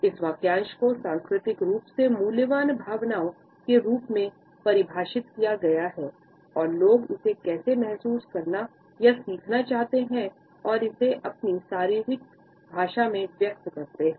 इस वाक्यांश को सांस्कृतिक रूप से मूल्यवान भावनाओं के रूप में परिभाषित किया गया है और लोग इसे कैसे महसूस करना या सीखना चाहते हैं और इसे अपनी शारीरिक भाषा में व्यक्त करते हैं